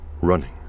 Running